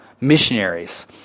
missionaries